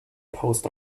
post